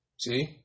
See